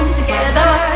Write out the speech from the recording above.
Together